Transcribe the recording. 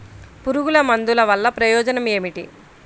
పురుగుల మందుల వల్ల ప్రయోజనం ఏమిటీ?